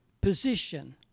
position